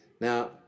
Now